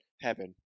heaven